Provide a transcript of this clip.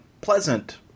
pleasant